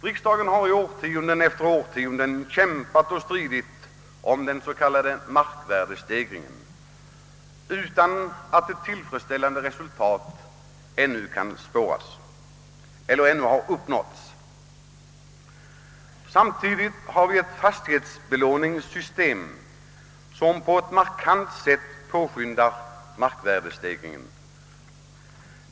Riksdagen har i årtionde efter årtionde stridit om den s.k. markvärdestegringen, utan att ett tillfredsställande resultat ännu har uppnåtts. Samtidigt har vi ett fastighetsbelåningssystem som på ett markant sätt påskyndar markvärdestegringen.